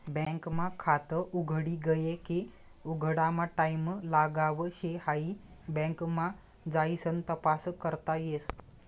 bank मा खात उघडी गये की उघडामा टाईम लागाव शे हाई बँक मा जाइसन तपास करता येस